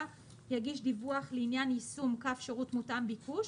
יגיש דיווח לעניין יישום קו שירות מותאם ביקוש,